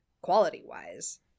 quality-wise